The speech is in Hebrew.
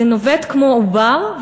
זה עניין של תנופה / זה נובט כמו עובר /